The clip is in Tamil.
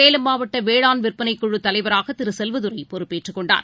சேலம் மாவட்டவேளாண் விற்பனைக்குழுதலைவராகதிருசெல்வதுரைபொறுப்பேற்றுக் கொண்டார்